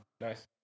Nice